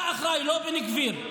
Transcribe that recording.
אתה אחראי, לא בן גביר.